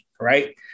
right